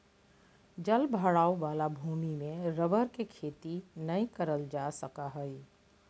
जल भराव वाला भूमि में रबर के खेती नय करल जा सका हइ